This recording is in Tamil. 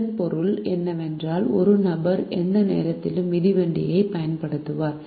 இதன் பொருள் என்னவென்றால் ஒரு நபர் எந்த நேரத்திலும் மிதிவண்டியைப் பயன்படுத்துவார்